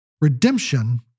redemption